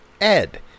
Ed